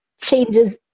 changes